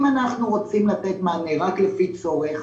אם אנחנו רוצים לתת מענה רק לפי צורך,